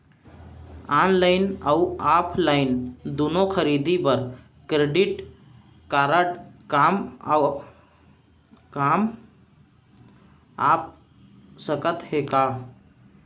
Online अऊ offline दूनो खरीदी बर क्रेडिट कारड काम आप सकत हे का?